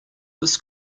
this